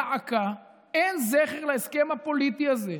דא עקא, אין זכר להסכם הפוליטי הזה.